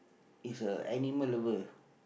is a animal lover